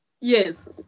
Yes